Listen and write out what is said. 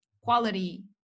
quality